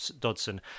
Dodson